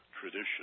tradition